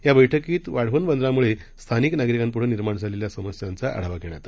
याबैठकीतवाढवणबंदरामुळेस्थानिकनागरिकांपुढंनिर्माणझालेल्यासमस्यांचाआढावाघेण्यातआला